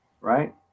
right